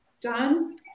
done